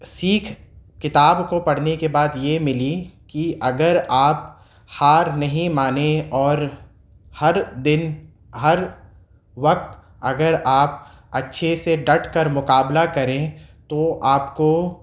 سیکھ کتاب کو پڑھنے کے بعد یہ ملی کہ اگر آپ ہار نہیں مانیں اور ہر دن ہر وقت اگر آپ اچھے سے ڈٹ کر مقابلہ کریں تو آپ کو